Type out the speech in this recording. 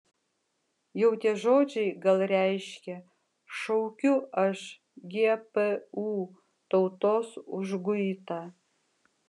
jau tie žodžiai gal reiškia šaukiu aš gpu tautos užguitą